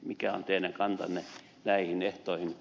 mikä on teidän kantanne näihin ehtoihin